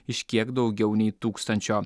iš kiek daugiau nei tūkstančio